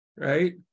right